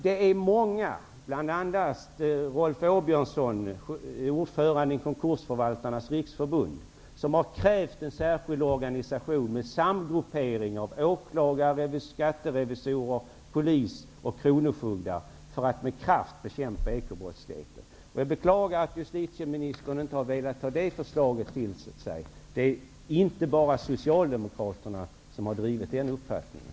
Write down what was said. Det är många, bl.a. Rolf Åbjörnsson, ordförande i Konkursförvaltarnas riksförbund, som har krävt en särskild organisation med samgruppering av åklagare, skatterevisorer, polis och kronofogdar som med kraft skall bekämpa ekobrottsligheten. Jag beklagar att justitieministern inte har velat ta det förslaget till sig. Det är inte bara Socialdemokraterna som har drivit den uppfattningen.